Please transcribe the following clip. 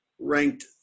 ranked